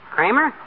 Kramer